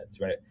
right